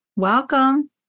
welcome